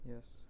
Yes